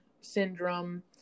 syndrome